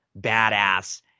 Badass